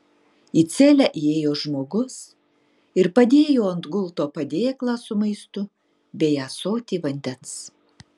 į celę įėjo žmogus ir padėjo ant gulto padėklą su maistu bei ąsotį vandens